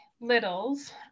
littles